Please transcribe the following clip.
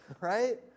right